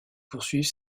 poursuivre